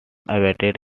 awaited